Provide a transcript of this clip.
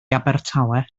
abertawe